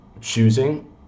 choosing